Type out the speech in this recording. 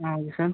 ah okay sir